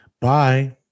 bye